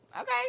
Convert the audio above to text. okay